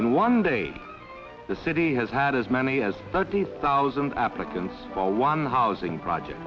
in one day the city has had as many as thirty thousand applicants for one housing project